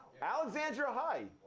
alexandra hai.